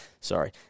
Sorry